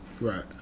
Right